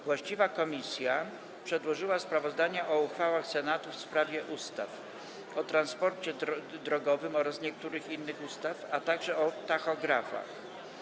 Właściwa komisja przedłożyła sprawozdania o uchwałach Senatu w sprawie ustaw: - o transporcie drogowym oraz niektórych innych ustaw, - o tachografach.